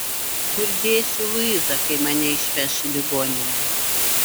kur dėsiu luizą kai mane išveš į ligoninę